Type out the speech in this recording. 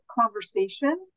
conversation